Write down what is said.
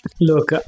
Look